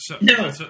No